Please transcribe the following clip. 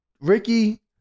Ricky